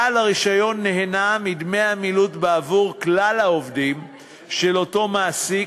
בעל הרישיון נהנה מדמי עמילות בעבור כלל העובדים של אותו מעסיק,